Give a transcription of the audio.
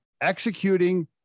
executing